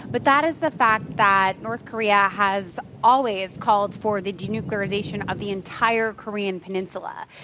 but that is the fact that north korea has always called for the denuclearization of the entire korean peninsula.